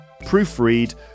proofread